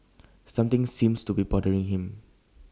something seems to be bothering him